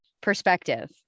perspective